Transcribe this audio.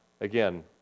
Again